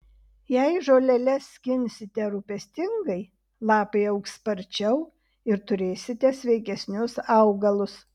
jei žoleles skinsite rūpestingai lapai augs sparčiau ir turėsite sveikesnius augalus